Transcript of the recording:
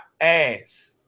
ass